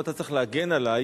אירוע שקרה בסמוך למתן השאילתא,